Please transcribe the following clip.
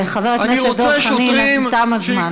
חבר הכנסת דב חנין, תם הזמן.